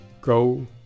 Go